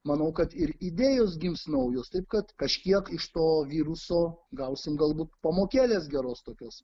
manau kad ir idėjos gims naujos taip kad kažkiek iš to viruso gausim galbūt pamokėlės geros tokios